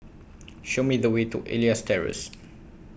Show Me The Way to Elias Terrace